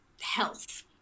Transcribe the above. health